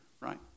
right